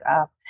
up